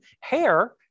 hair